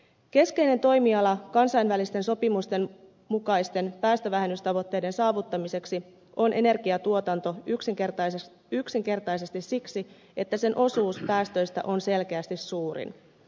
keskeinen toimiala kansainvälisten sopimusten mukaisten päästövähennystavoitteiden saavuttamiseksi on energiatuotanto yksinkertaisesti siksi että sen osuus päästöistä on selkeästi suurin